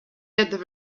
had